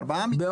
ארבעה מקרים.